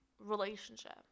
relationship